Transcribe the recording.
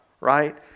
right